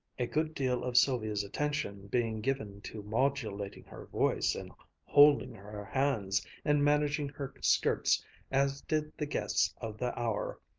a good deal of sylvia's attention being given to modulating her voice and holding her hands and managing her skirts as did the guests of the hour,